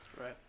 right